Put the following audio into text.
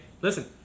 listen